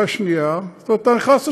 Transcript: אתה נכנס לשטח,